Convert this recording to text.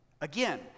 again